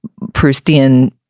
Proustian